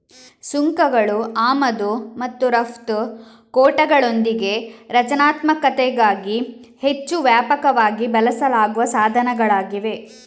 ಸುಂಕಗಳು ಆಮದು ಮತ್ತು ರಫ್ತು ಕೋಟಾಗಳೊಂದಿಗೆ ರಕ್ಷಣಾತ್ಮಕತೆಗಾಗಿ ಹೆಚ್ಚು ವ್ಯಾಪಕವಾಗಿ ಬಳಸಲಾಗುವ ಸಾಧನಗಳಾಗಿವೆ